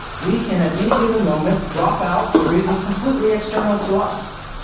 we can at any given moment drop out for reasons completely external to us.